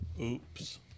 Oops